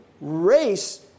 race